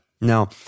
Now